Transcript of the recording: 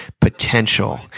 potential